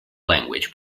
language